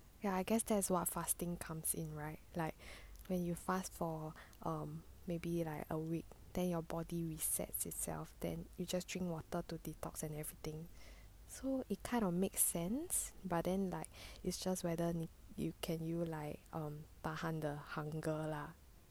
ya I guess that is what fasting comes in right like when you fast for um maybe a week then your body resets itself then you just drink water to detox and everything so it kind of make sense but then like is just whether can you like tahan the hunger lah